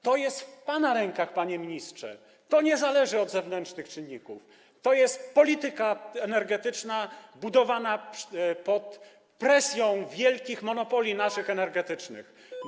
To jest w pana rękach, panie ministrze, to nie zależy od zewnętrznych czynników, to jest polityka energetyczna budowana pod presją wielkich naszych monopoli energetycznych.